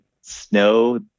snow